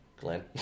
Glenn